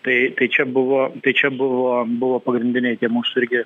tai tai čia buvo tai čia buvo buvo pagrindiniai tie mūsų irgi